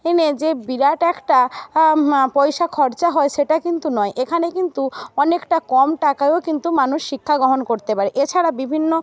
এনে যে বিরাট একটা পয়সা খরচা হয় সেটা কিন্তু নয় এখানে কিন্তু অনেকটা কম টাকায়ও কিন্তু মানুষ শিক্ষা গ্রহণ করতে পারে এছাড়া বিভিন্ন